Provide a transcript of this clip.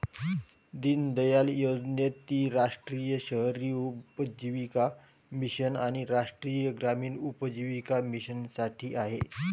दीनदयाळ योजनेत ती राष्ट्रीय शहरी उपजीविका मिशन आणि राष्ट्रीय ग्रामीण उपजीविका मिशनसाठी आहे